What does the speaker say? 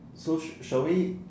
so shall we